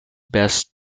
best